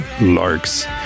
Larks